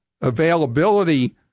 availability